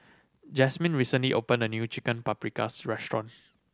Jasmyn recently opened a new Chicken Paprikas Restaurant